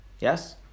Yes